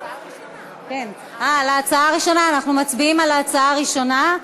אנחנו מצביעים על ההצעה הראשונה,